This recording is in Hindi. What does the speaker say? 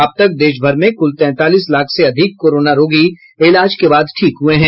अब तक देश भर में कुल तैंतालीस लाख से अधिक कोरोना रोगी इलाज के बाद ठीक हुए हैं